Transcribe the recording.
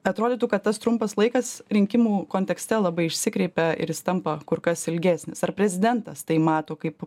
atrodytų kad tas trumpas laikas rinkimų kontekste labai išsikreipia ir jis tampa kur kas ilgesnis ar prezidentas tai mato kaip